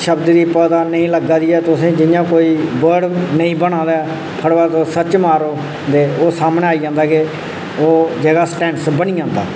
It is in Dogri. शब्द गी पता नेईं लग्गा दी तुसें जि'यां कोई बर्ड नेईं बनादा ऐ तुस सर्च मारो ते ओह् सामनै आई जंदा केह् ओह् जेह्ड़ा संटैनस बनी आंदा